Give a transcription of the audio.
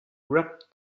wrapped